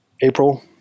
April